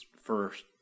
first